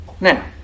Now